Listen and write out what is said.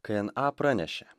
k n a pranešė